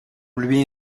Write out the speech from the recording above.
lui